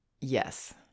Yes